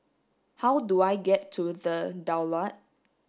how do I get to The Daulat